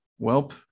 Welp